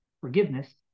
forgiveness